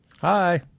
Hi